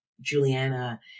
Juliana